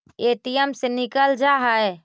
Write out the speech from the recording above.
ATM से निकल जा है?